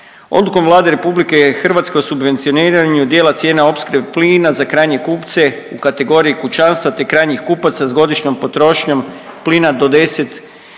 Odlukom Vlade RH o subvencioniranju dijela cijena opskrbe plina za krajnje kupce u kategoriji kućanstva te krajnjih kupaca s godišnjom potrošnjom plina do 10 gigavat